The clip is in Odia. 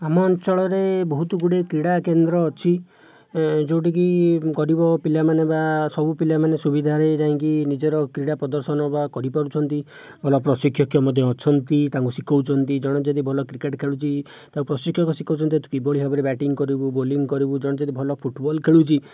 ଆମ ଅଞ୍ଚଳରେ ବହୁତ ଗୁଡ଼ାଏ କ୍ରୀଡ଼ା କେନ୍ଦ୍ର ଅଛି ଯେଉଁଠିକି ଗରିବ ପିଲାମାନେ ବା ସବୁ ପିଲାମାନେ ସୁବିଧାରେ ଯାଇଁକି ନିଜର କ୍ରୀଡ଼ା ପ୍ରଦର୍ଶନ ବା କରିପାରୁଛନ୍ତି ଭଲ ପ୍ରଶିକ୍ଷକ ମଧ୍ୟ ଅଛନ୍ତି ତାଙ୍କୁ ଶିଖଉଛନ୍ତି ଜଣେ ଯଦି ଭଲ କ୍ରିକେଟ ଖେଳୁଛି ତାକୁ ପ୍ରଶିକ୍ଷକ ଶିଖଉଛନ୍ତି ଯେ ତୁ କିଭଳି ଭାବରେ ବ୍ୟାଟିଂ କରିବୁ ବୋଲିଂ କରିବୁ ଜଣେ ଯଦି ଭଲ ଫୁଟବଲ ଖେଳୁଛି